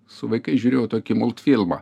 su vaikais žiūrėjau tokį multfilmą